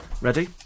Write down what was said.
Ready